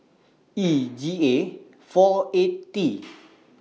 E G A four eight T